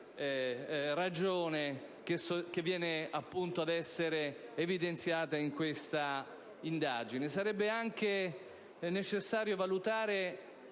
ragione che viene evidenziata in questa indagine. Sarebbe necessario valutare